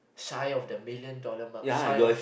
shy of the million dollar mark shy of